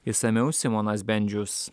išsamiau simonas bendžius